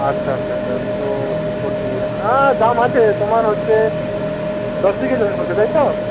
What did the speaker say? আচ্ছা আচ্ছা আচ্ছা তো টু ফোর ডি হ্যাঁ দাম আছে তোমার হচ্ছে দশ বিঘে জমি বললে তাই তো